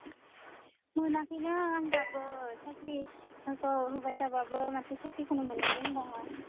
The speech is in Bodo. मोनाखैनो आं दाबो साख्रिफोरखौ होबाय थाबाबो माथो साख्रिखौनो मोननो रोंला